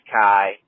Kai